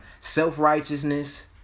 self-righteousness